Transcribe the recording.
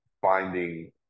finding